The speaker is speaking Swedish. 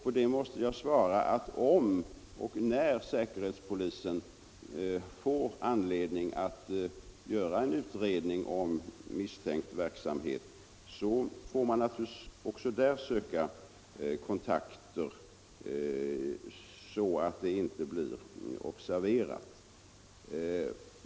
På det måste jag svara att om och när säkerhetspolisen får anledning att göra en utredning om misstänkt verksamhet får den naturligtvis också där söka kontakter så att det inte blir observerat.